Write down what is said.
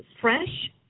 fresh